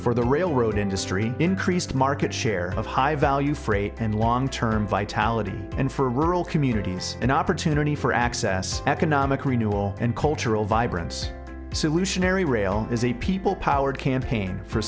for the railroad industry increased market share of high value free and long term vitality and for rural communities an opportunity for access economic renewal and cultural vibrance solution ery rail is a people powered campaign for